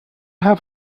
have